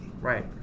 Right